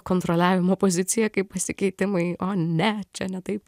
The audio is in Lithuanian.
kontroliavimo poziciją kai pasikeitimai o ne čia ne taip